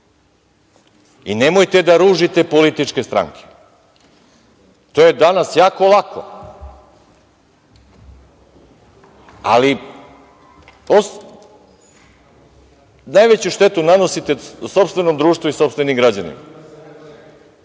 program. Nemojte da ružite političke stranke. To je danas jako lako, ali najveću štetu nanosite sopstvenom društvu i sopstvenim građanima.